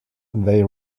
they